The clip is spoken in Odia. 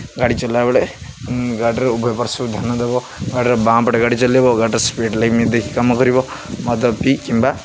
ଗାଡ଼ି ଚଲାବେଳେ ଗାଡ଼ିର ଉଭୟ ପାର୍ଶ୍ଵକୁ ଧ୍ୟାନ ଦେବ ଗାଡ଼ିର ବାଁ ପଟେ ଗାଡ଼ି ଚଲାଇବ ଗାଡ଼ିର ସ୍ପିଡ଼୍ ଲିମିଟ୍ ଦେଖି କାମ କରିବ ମଦ ପିଇ କିମ୍ବା